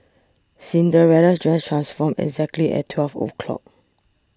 Cinderella's dress transformed exactly at twelve o'clock